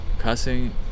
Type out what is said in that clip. cussing